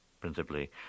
principally